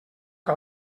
que